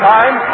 Time